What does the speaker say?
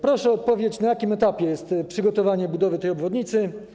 Proszę o odpowiedź, na jakim etapie jest przygotowanie budowy tej obwodnicy.